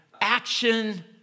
action